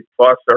plus